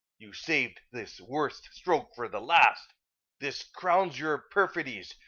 you saved this worst stroke for the last this crowns your perfidies,